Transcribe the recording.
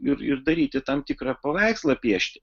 ir ir daryti tam tikrą paveikslą piešti